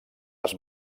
les